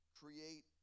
create